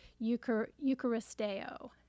eucharisteo